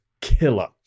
killer